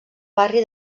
barri